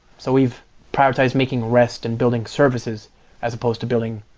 so we've prioritized making rest and building services as supposed to building,